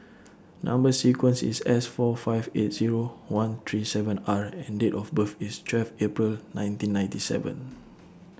Number sequence IS S four five eight Zero one three seven R and Date of birth IS twelve April nineteen ninety seven